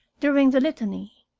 during the litany.